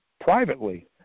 privately